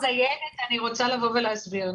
אני רוצה להסביר,